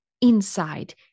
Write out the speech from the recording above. inside